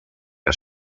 que